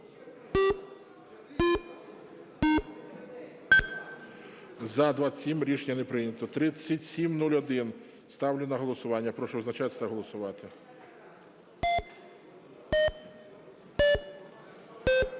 За-27 Рішення не прийнято. 3701 ставлю на голосування. Прошу визначатись та голосувати.